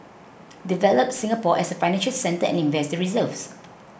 develop Singapore as a financial centre and invest the reserves